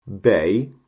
bay